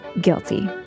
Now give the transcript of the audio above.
guilty